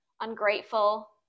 ungrateful